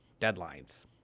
deadlines